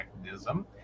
mechanism